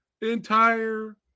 Entire